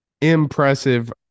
impressive